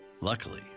Luckily